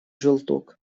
желток